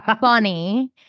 funny